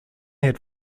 had